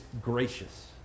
gracious